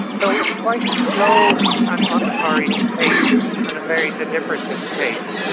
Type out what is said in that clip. so it's quite a slow and unhurried pace and a very deliberative pace.